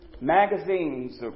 Magazines